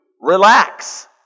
relax